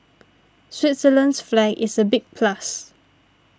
Switzerland's flag is a big plus